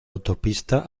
autopista